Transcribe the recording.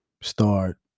start